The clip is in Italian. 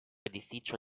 edificio